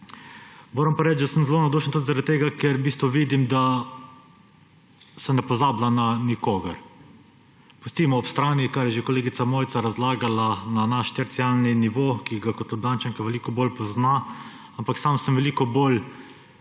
Moram pa reči, da sem zelo navdušen tudi zaradi tega, ker vidim, da se ne pozablja na nikogar. Pustimo ob strani, ker je že kolegica Mojca razlagala, naš terciarni nivo, ki ga kot Ljubljančanka veliko bolje pozna, sam sem veliko bolj